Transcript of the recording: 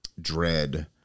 dread